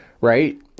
Right